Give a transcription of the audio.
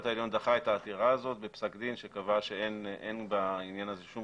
העליון דחה את העתירה הזאת בפסק דין שקבע שאין בעניין הזה שום